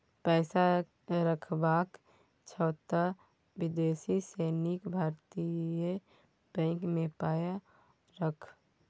पैसा रखबाक छौ त विदेशी सँ नीक भारतीय बैंक मे पाय राख